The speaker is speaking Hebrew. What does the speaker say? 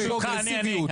זה פרוגרסיביות.